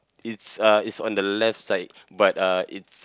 it's uh it's on the left side but uh it's